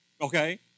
okay